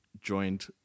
joined